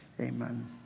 Amen